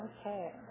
Okay